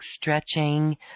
stretching